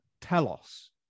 telos